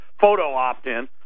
photo-opt-in